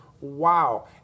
Wow